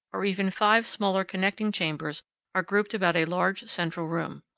or even five smaller connecting chambers are grouped about a large central room.